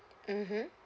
mmhmm